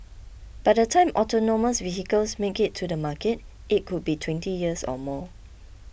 by the time autonomous vehicles make it to the market it could be twenty years or more